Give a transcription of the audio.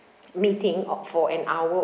meeting of for an hour